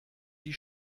die